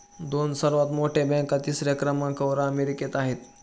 दोन सर्वात मोठ्या बँका तिसऱ्या क्रमांकावर अमेरिकेत आहेत